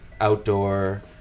outdoor